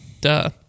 duh